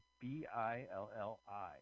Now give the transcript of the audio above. B-I-L-L-I